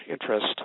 interest